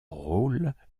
rôles